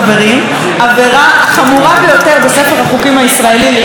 העבירה החמורה ביותר בספר החוקים הישראלי לאיש ציבור,